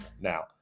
Now